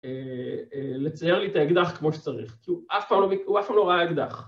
לצייר לי את האקדח כמו שצריך. כי הוא אף פעם לא ראה אקדח